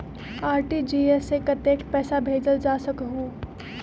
RTGS से कतेक पैसा भेजल जा सकहु???